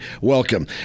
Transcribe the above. welcome